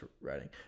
writing